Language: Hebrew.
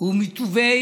הוא מטובי